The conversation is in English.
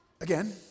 Again